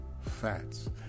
fats